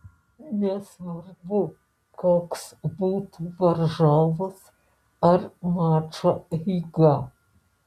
nesvarbu koks būtų varžovas ar mačo eiga